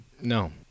No